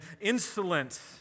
insolent